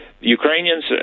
Ukrainians